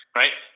right